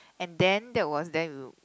and then that was then we